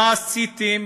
מה עשיתם